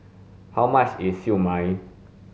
how much is siew mai